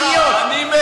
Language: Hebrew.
לחיות, אני אענה לך.